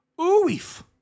Oof